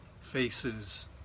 faces